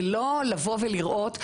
זה לא לבוא ולראות,